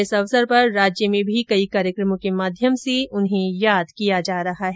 इस अवसर पर राज्य में भी कई कार्यक्रमों के माध्यम से उन्हें याद किया जा रहा है